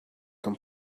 can